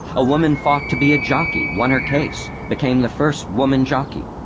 a woman fought to be a jockey, won her case, became the first woman jockey.